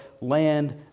land